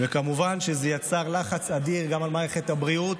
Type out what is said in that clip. וכמובן שזה יצר לחץ אדיר גם על מערכת הבריאות,